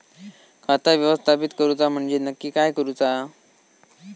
खाता व्यवस्थापित करूचा म्हणजे नक्की काय करूचा?